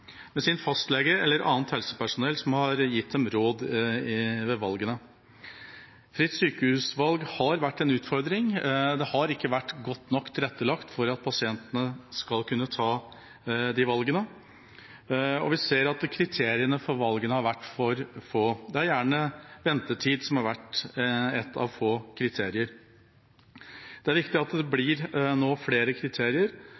fastlege eller annet helsepersonell som har gitt dem råd ved valgene. Fritt sykehusvalg har vært en utfordring. Det har ikke vært godt nok tilrettelagt for at pasientene skal kunne ta de valgene, og vi ser at kriteriene for valgene har vært for få. Det er gjerne ventetid som har vært ett av få kriterier. Det er viktig at det nå blir flere kriterier,